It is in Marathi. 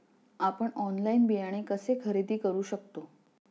आपण ऑनलाइन बियाणे कसे खरेदी करू शकतो?